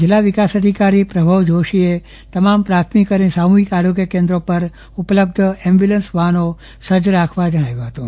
જીલ્લા વિકાસ અધિકારી પ્રણવ જોશીએ તમામ પ્રાથમિક અને સામુહિક આરોગ્ય કેન્દ્રો પર ઉપલબ્ધ એમ્બ્યુલન્સ વાહનો સજ્જ રાખવા જણાવ્યું હતું